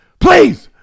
please